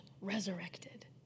resurrected